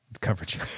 coverage